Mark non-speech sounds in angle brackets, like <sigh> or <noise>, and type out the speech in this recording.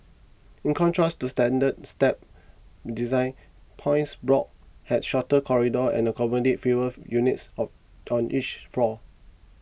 in contrast to standard stab design points blocks had shorter corridors and accommodated fewer <noise> units of on each floor